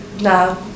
No